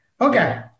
Okay